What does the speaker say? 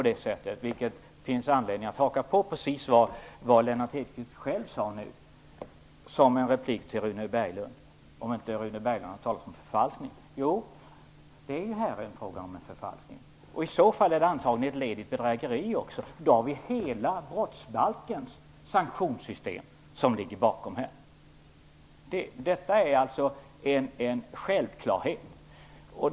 Det finns också anledning att anknyta till vad Lennart Hedquist själv sade nyss i en replik till Rune Berglund. Han undrade om inte Rune Berglund har hört talas om förfalskning. Jo, det är en fråga om en förfalskning, och i så fall är det antagligen ett led i ett bedrägeri också. Då har vi hela brottsbalkens sanktionssystem bakom oss här. Detta är alltså en självklarhet.